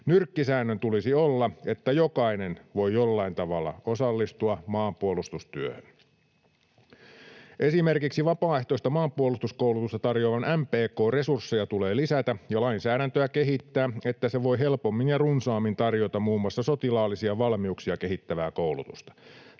Nyrkkisäännön tulisi olla, että jokainen voi jollain tavalla osallistua maanpuolustustyöhön. Esimerkiksi vapaaehtoista maanpuolustuskoulutusta tarjoavan MPK:n resursseja tulee lisätä ja lainsäädäntöä kehittää, että se voi helpommin ja runsaammin tarjota muun muassa sotilaallisia valmiuksia kehittävää koulutusta.